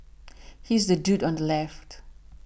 he's the dude on the left